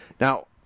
Now